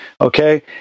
okay